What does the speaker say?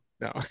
no